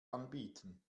anbieten